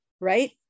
right